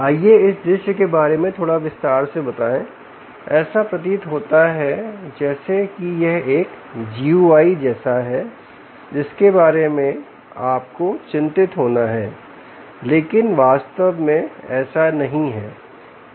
आइए इस दृश्य के बारे में थोड़ा विस्तार से बताएं ऐसा प्रतीत होता है जैसे कि यह एक जीयूआईजैसा है जिसके बारे में आपको चिंतित होना है लेकिन वास्तव में ऐसा नहीं है